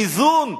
איזון?